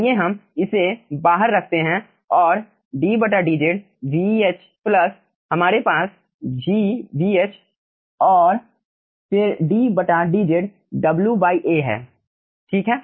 आइए हम इसे बाहर रखते हैं और ddz प्लस हमारे पास G vh और फिर ddz WA है ठीक है